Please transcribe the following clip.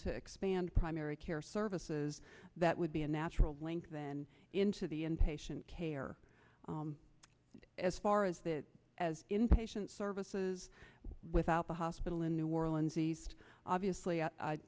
to expand primary care services that would be a natural link then into the in patient care as far as as inpatient services without the hospital in new orleans east obviously